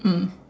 mm